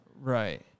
Right